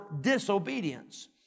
disobedience